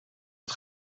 het